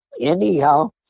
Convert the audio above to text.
anyhow